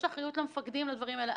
יש אחריות למפקדים בדברים האלה.